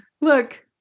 Look